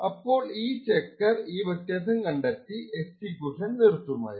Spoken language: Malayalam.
അപ്പോൾ ഈ ചെക്കർ ഈ വെത്യാസം കണ്ടെത്തി എക്സിക്യൂഷൻ നിർത്തുമായിരുന്നു